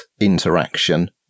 interaction